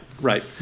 right